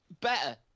better